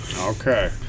Okay